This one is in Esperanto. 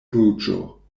ruĝo